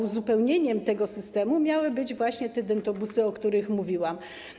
Uzupełnieniem tego systemu miały być właśnie te dentobusy, o których mówiłam.